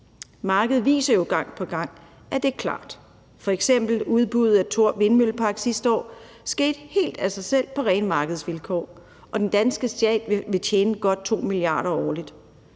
Markedet viser jo gang på gang, at det er klar. F.eks. skete udbuddet af Thor havvindmøllepark sidste år helt af sig selv på rene markedsvilkår, og det vil den danske stat tjene godt 2 mia. kr. årligt